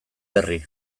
berri